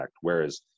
Whereas